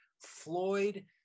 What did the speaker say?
Floyd